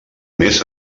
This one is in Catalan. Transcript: més